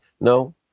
no